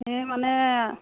সেই মানে